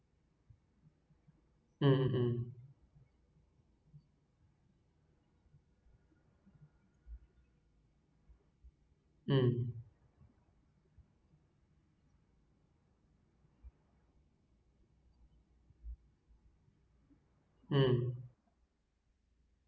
mm mm mm